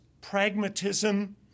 pragmatism